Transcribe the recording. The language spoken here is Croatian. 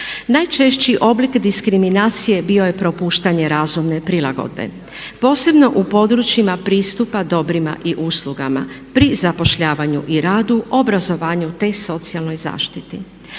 Najčešći oblik diskriminacije bio je propuštanje razumne prilagodbe posebno u područjima pristupa dobrima i uslugama pri zapošljavanju i radu, obrazovanju te socijalnoj zaštiti.